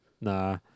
Nah